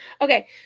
Okay